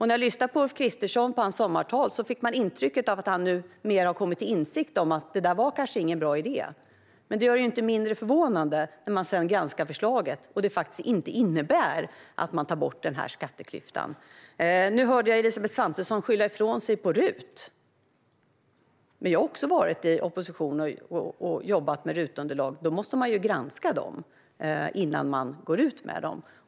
När jag lyssnade på Ulf Kristerssons sommartal fick jag intrycket att han nu verkar ha kommit till insikt om att det kanske inte var någon bra idé. Det gör det inte mindre förvånande när man sedan granskar förslaget och ser att det inte innebär att ni tar bort skatteklyftan. Jag hörde nyss att Elisabeth Svantesson skyllde ifrån sig på RUT. Även jag har suttit i opposition och jobbat med underlag från RUT. Man måste ju granska dem innan man går ut med dem.